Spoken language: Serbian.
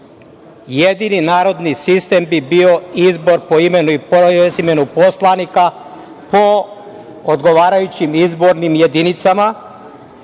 Jedini narodni sistem bi bio izbor po imenu i prezimenu poslanika po odgovarajućim izbornim jedinicama,